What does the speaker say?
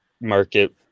market